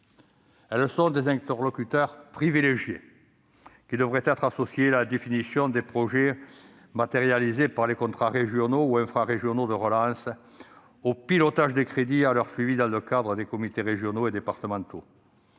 sont des interlocutrices privilégiées qui devraient être associées à la définition des projets, matérialisés par les contrats régionaux ou infrarégionaux de relance, au pilotage des crédits et à leur suivi dans le cadre des comités régionaux et départementaux.